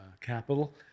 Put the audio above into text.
capital